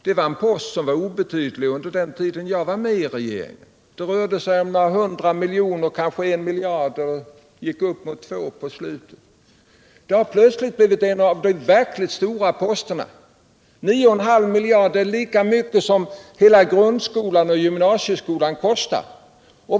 Det var en post som var obetydlig under den tid jag var med i regeringen — det rörde sig om några hundra miljoner, kanske 1 miljard eller uppåt 2 miljarder mot slutet. Nu har statsskuldräntan plötsligt blivit en av de verkligt stora posterna. 9,5 miljarder är lika mycket som hela grundskolan och gymnasieskolan kostar.